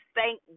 thank